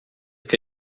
que